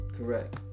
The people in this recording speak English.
Correct